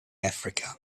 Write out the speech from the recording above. africa